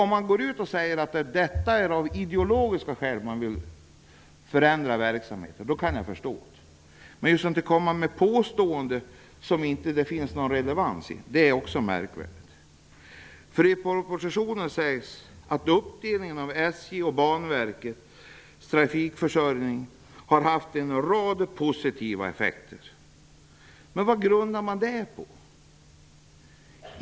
Om man säger att man vill förändra verksamheten av ideologiska skäl kan jag förstå det. Det är också märkligt att komma med påståenden som saknar relevans. Banverkets trafikförsörjning har haft en rad positiva effekter. Vad grundar man det på?